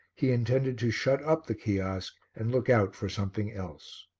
he intended to shut up the kiosk and look out for something else.